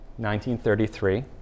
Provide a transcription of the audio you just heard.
1933